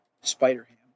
Spider-Ham